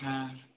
हम्म